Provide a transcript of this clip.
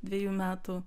dviejų metų